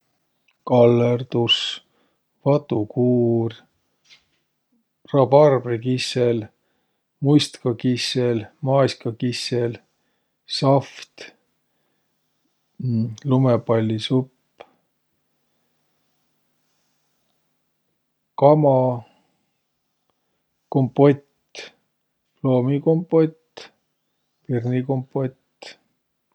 Kallõrdus, vatukuur, rabarbrikissel, must'kakissel, maaskakissel, sahvt, lumõpallisu